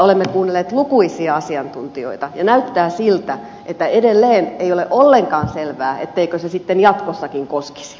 olemme kuunnelleet lukuisia asiantuntijoita ja näyttää siltä että edelleen ei ole ollenkaan selvää etteikö se jatkossakin koskisi